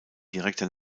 direkter